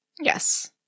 yes